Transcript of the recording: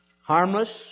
harmless